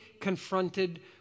confronted